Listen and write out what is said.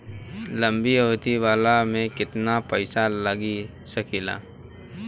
लंबी अवधि वाला में केतना पइसा लगा सकिले?